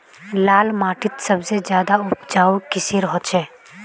लाल माटित सबसे ज्यादा उपजाऊ किसेर होचए?